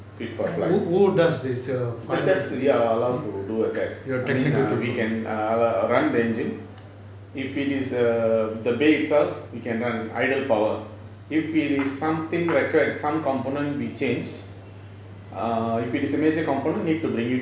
fit for flight the test we are allowed to do a test I mean we can err run the engine if it is a the bay itself we can run idle power if it is something like some component we change err if it is a major component need to bring it